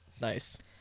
Nice